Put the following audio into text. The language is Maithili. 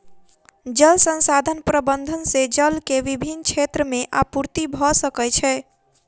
जल संसाधन प्रबंधन से जल के विभिन क्षेत्र में आपूर्ति भअ सकै छै